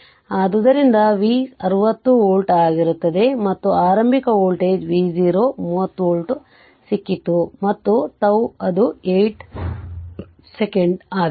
ಆದ್ದರಿಂದ V 60 volt ಆಗಿರುತ್ತದೆ ಮತ್ತು ಆರಂಭಿಕ ವೋಲ್ಟೇಜ್ v0 30 ವೋಲ್ಟ್ ಸಿಕ್ಕಿತು ಮತ್ತು τ ಅದು 8 ಸೆಕೆಂಡ್ ಆಗಿದೆ